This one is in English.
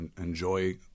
enjoy